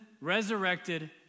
resurrected